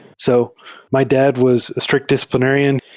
so my dad was a strict discipl inarian.